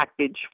package